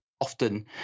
often